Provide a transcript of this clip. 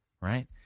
right